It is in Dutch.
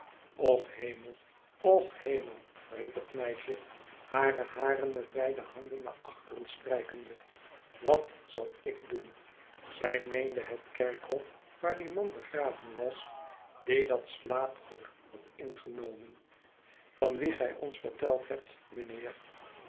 och hemel och hemel riep het meisje hare haren met beide handen naar achteren strijkende wat zal ik doen zij meende het kerkhof waar die man begraven was die dat slaapgoed had ingenomen van wien gij ons verteld hebt mijnheer